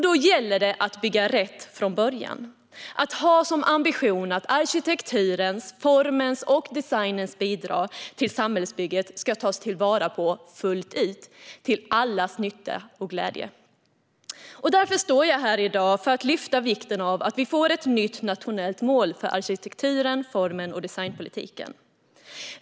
Då gäller det att bygga rätt från början, att ha som ambition att arkitekturens, formens och designens bidrag till samhällsbygget ska tas till vara fullt ut till allas nytta och glädje. Därför står jag här i dag för att lyfta fram vikten av att vi nu får ett nytt nationellt mål för arkitektur-, form och designpolitiken.